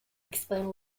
expand